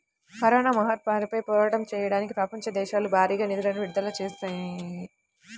corona మహమ్మారిపై పోరాటం చెయ్యడానికి ప్రపంచ దేశాలు భారీగా నిధులను విడుదల చేత్తన్నాయి